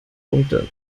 punkte